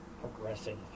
progressing